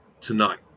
tonight